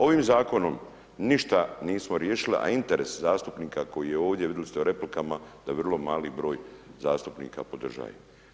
Ovim Zakonom ništa nismo riješili, a interes zastupnika koji je ovdje, vidjeli ste u replikama da vrlo mali broj zastupnika podržaje.